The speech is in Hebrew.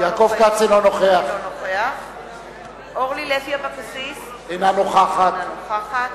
- אינו נוכח אורלי לוי אבקסיס - אינה נוכחת